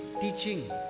teaching